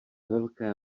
velké